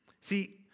See